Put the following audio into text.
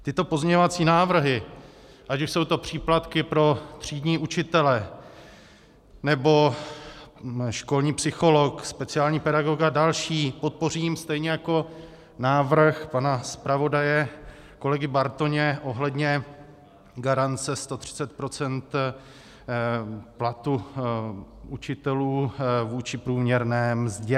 Tyto pozměňovací návrhy, ať už jsou to příplatky pro třídní učitele, nebo školní psycholog, speciální pedagog a další, podpořím stejně jako návrh pana zpravodaje kolegy Bartoně ohledně garance 130 % platu učitelů vůči průměrné mzdě.